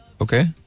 Okay